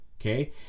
okay